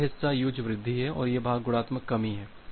तो यह हिस्सा योज्य वृद्धि है और यह भाग गुणात्मक कमी है